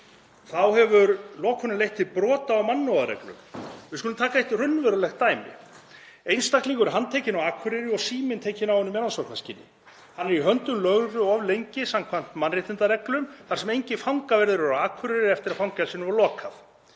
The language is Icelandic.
Þá hefur lokunin leitt til brota á mannúðarreglum. Við skulum taka eitt raunverulegt dæmi. Einstaklingur er handtekinn á Akureyri og síminn tekinn af honum í rannsóknarskyni. Hann er í höndum lögreglu of lengi samkvæmt mannréttindareglum þar sem engir fangaverðir eru á Akureyri eftir að fangelsinu var lokað.